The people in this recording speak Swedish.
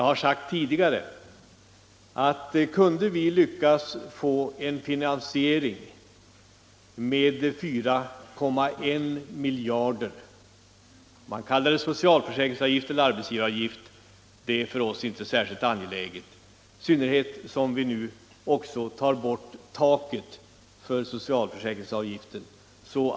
Vi har, som jag tidigare sagt, lyckats åstadkomma en finansiering med 4,1 miljarder. Om man hänför denna avgiftshöjning till socialförsäkringsavgifter eller till arbetsgivaravgifter är för oss inte någon särskilt angelägen fråga, i synnerhet som vi nu också tar bort taket för socialförsäkringsavgiften.